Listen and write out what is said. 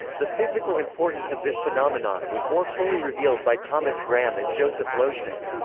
the physical importance of this phenomenon was more fully revealed by thomas graham and joseph loschmidt.